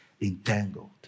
entangled